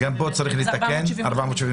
גם פה צריך לתקן ל-475.